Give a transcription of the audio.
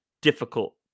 difficult